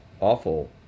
awful